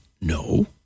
no